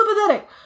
pathetic